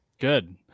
Good